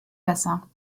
besser